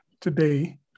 today